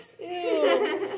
Ew